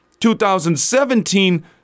2017